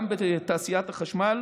גם בתעשיית החשמל